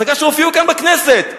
הצגה שהופיעה כאן בכנסת.